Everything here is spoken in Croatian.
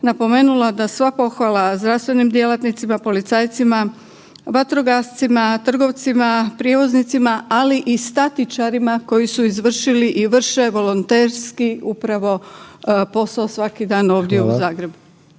napomenula da svako hvala zdravstvenim djelatnicima, policajcima, vatrogascima, trgovcima, prijevoznicima ali i statičarima koji su izvršili i vrše volonterski upravo posao svaki dan ovdje u Zagrebu.